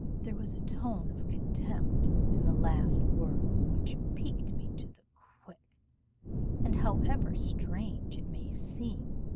there was a tone of contempt in the last words which piqued me to the quick and however strange it may seem,